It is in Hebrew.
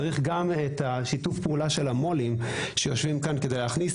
צריך גם את שיתוף הפעולה של המו"לים שיושבים כאן כדי להכניס